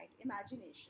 Imagination